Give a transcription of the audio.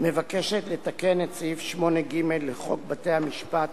מבקשת לתקן את סעיף 8(ג) לחוק בתי-המשפט ,